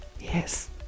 Yes